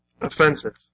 offensive